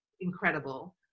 incredible